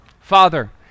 Father